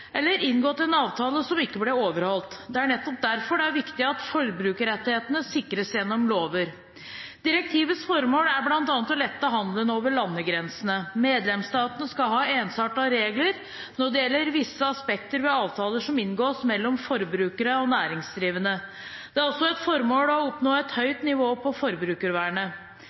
eller inngått en avtale som ikke ble overholdt. Det er nettopp derfor det er viktig at forbrukerrettighetene sikres gjennom lover. Direktivets formål er bl.a. å lette handelen over landegrensene. Medlemsstatene skal ha ensartede regler når det gjelder visse aspekter ved avtaler som inngås mellom forbrukere og næringsdrivende. Det er også et formål å oppnå et høyt nivå på forbrukervernet.